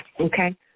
Okay